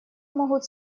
могут